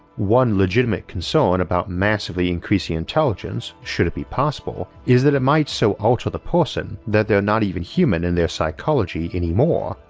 one legitimate concern about massively increasing intelligence, should it be possible, is that it might so alter the person that they're not even human in their psychology anymore,